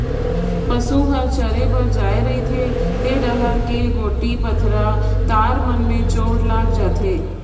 पसू हर चरे बर जाये रहथे त डहर के गोटी, पथरा, तार मन में चोट लायग जाथे